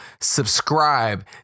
Subscribe